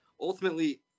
ultimately